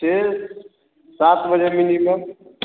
छः सात बजे मिनीमुम